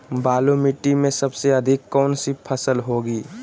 बालू मिट्टी में सबसे अधिक कौन सी फसल होगी?